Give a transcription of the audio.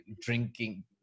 drinking